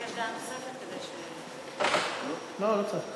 לא, הוא ביקש דעה נוספת כדי, לא, לא צריך.